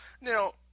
Now